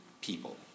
people